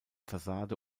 fassade